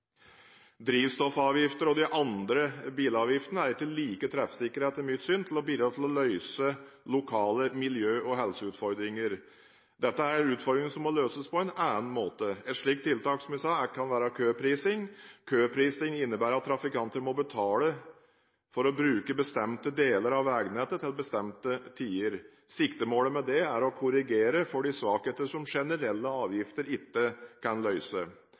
og de andre bilavgiftene er etter mitt syn ikke like treffsikre med tanke på å bidra til å løse lokale miljø- og helseutfordringer. Dette er utfordringer som må løses på en annen måte. Et slikt tiltak kan, som jeg sa, være køprising. Køprising innebærer at trafikanter må betale for å bruke bestemte deler av veinettet til bestemte tider. Siktemålet med det er å korrigere for de svakheter som generelle avgifter ikke kan